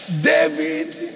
David